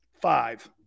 five